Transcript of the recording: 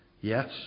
Yes